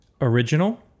original